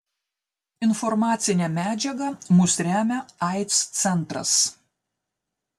informacine medžiaga mus remia aids centras